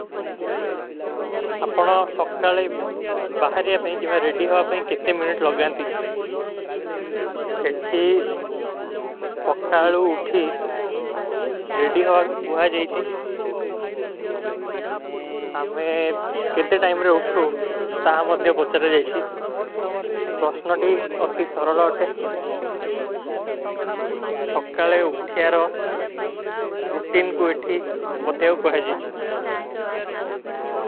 ଆପନା ସଵକାଲେ ବାହର ଜା ପହୀଂ, କୀମା ରେଡୀ ହୋ ପହୀଂ, କେତେ ମିନିତ ଲଗ୍ଗାନ ଥୀ। ଇଠୀ ସଵକାଲୋ ଉଠୀ, ରେଡୀ ହୋଗା କୋ କୁହା ଜୈଚୀ। ହମେଂ କେତେ ଟାଇମରେ ଉଠୂ, ତହାଂ ମଦ୍ଯୋ ପଚଲେ ଜୈଚୀ। ପ୍ରସ୍ନୋଡୀ ଅତୀ ସରଲା ଥେ, ସଵକାଲେ ଉଠିଯାର ରୋ, ରୁଟୀନ କୋ ଏଠୀ, ମତଯୋ କୋହା ଜୈଚୀ।